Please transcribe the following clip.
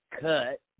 cut